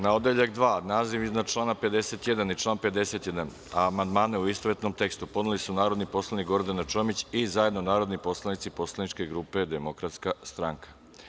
Na odeljak dva, naziv iznad člana 51. i član 51. amandmane, u istovetnom tekstu, podneli su narodni poslanik Gordana Čomić i zajedno narodni poslanici poslaničke grupe Demokratska stranka.